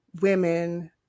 women